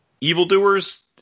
evildoers